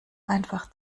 einfach